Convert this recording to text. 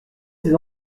ces